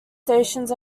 stations